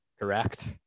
Correct